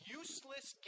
useless